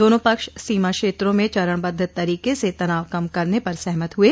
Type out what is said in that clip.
दोनों पक्ष सीमा क्षेत्रों में चरणबद्ध तरीके से तनाव कम करने पर सहमत हुए